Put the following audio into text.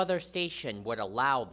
other station would allow